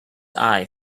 eye